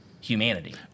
humanity